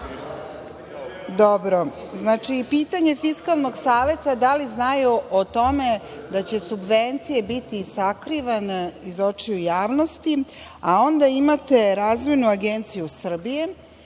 savetu. Znači, pitanje Fiskalnog saveta, da li znaju o tome da će subvencije biti sakrivane iz očiju javnosti, a onda imate Razvojnu agenciju Srbije